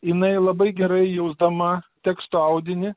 jinai labai gerai jausdama teksto audinį